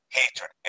hatred